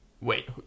Wait